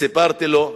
וסיפרתי לו,